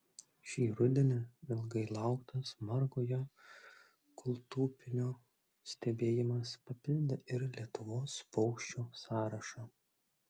šį rudenį ilgai lauktas margojo kūltupio stebėjimas papildė ir lietuvos paukščių sąrašą